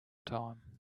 time